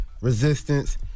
resistance